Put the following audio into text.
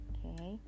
Okay